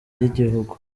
ry’igihugu